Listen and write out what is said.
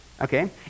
Okay